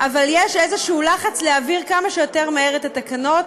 אבל יש איזשהו לחץ להעביר כמה שיותר מהר את התקנות.